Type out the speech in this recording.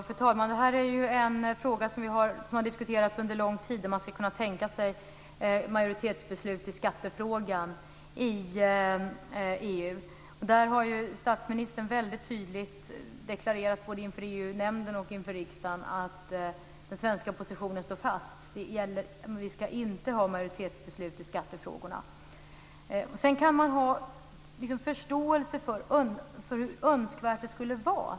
Fru talman! Det här är en fråga som har diskuterats under lång tid: om man ska kunna tänka sig majoritetsbeslut i skattefrågan i EU. Där har statsministern väldigt tydligt deklarerat, både inför EU nämnden och inför riksdagen, att den svenska positionen står fast: Vi ska inte ha majoritetsbeslut i skattefrågorna. Sedan kan man ha förståelse för hur önskvärt det skulle vara.